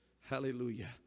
Hallelujah